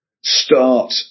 start